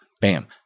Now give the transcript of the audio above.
bam